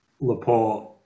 Laporte